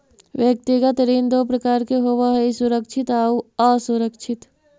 व्यक्तिगत ऋण दो प्रकार के होवऽ हइ सुरक्षित आउ असुरक्षित